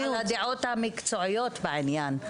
אני מדברת על הדעות המקצועיות בעניין.